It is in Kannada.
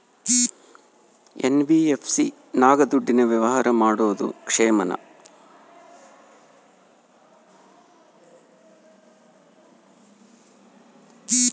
ಎನ್.ಬಿ.ಎಫ್.ಸಿ ನಾಗ ದುಡ್ಡಿನ ವ್ಯವಹಾರ ಮಾಡೋದು ಕ್ಷೇಮಾನ?